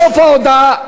בסוף ההודעה,